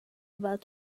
about